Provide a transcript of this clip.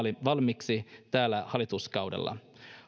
valmiiksi tällä hallituskaudella